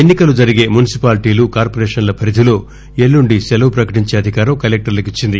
ఎన్నికలు జరిగే మున్సిపాలిటీలు కార్పొరేషన్ల పరిధిలో ఎల్లుండి సెలవు ప్రకటించే అధికారం కలెక్టర్లకు ఇచ్చింది